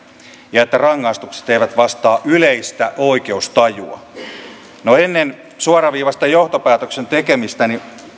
ja että rangaistukset eivät vastaa yleistä oikeustajua no ennen suoraviivaista johtopäätöksen tekemistä